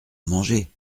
mangez